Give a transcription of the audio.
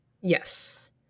Yes